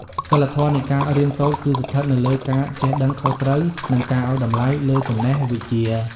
សីលធម៌នៃការរៀនសូត្រ គឺស្ថិតនៅលើការចេះដឹងខុសត្រូវ និងការឱ្យតម្លៃលើចំណេះវិជ្ជា។